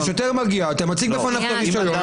השוטר מגיע, אתה מציג בפניו את הרישיון.